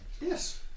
Yes